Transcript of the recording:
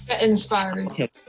inspiring